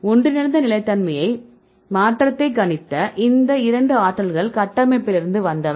ஒன்றிணைத்த நிலைத்தன்மை மாற்றத்தை கணித்த இந்த 2 ஆற்றல்கள் கட்டமைப்பிலிருந்து வந்தவை